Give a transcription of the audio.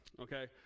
Okay